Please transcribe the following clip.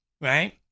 right